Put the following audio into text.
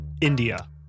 India